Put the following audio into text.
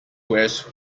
wears